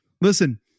Listen